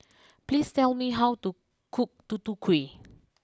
please tell me how to cook Tutu Kueh